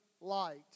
light